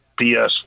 BS